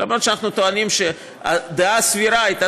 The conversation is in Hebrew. למרות שאנחנו טוענים שהדעה הסבירה הייתה